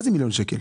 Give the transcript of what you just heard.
מה זה מיליון שקל?